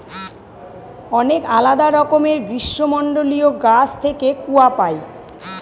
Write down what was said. অনেক আলাদা রকমের গ্রীষ্মমন্ডলীয় গাছ থেকে কূয়া পাই